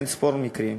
אין-ספור מקרים,